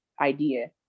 idea